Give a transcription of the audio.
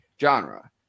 genre